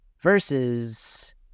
versus